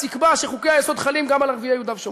יקבע שחוקי-היסוד חלים גם על ערביי יהודה ושומרון,